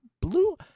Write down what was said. blue